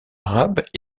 arabes